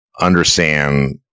understand